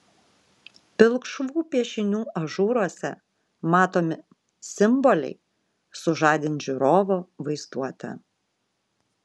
pilkšvų piešinių ažūruose matomi simboliai sužadins žiūrovo vaizduotę